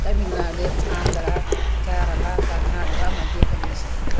Tamil Nadu Andhra Kerala Karnataka Madhya Pradesh